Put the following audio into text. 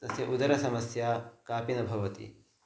तस्य उदरसमस्या कापि न भवति